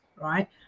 right